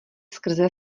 skrze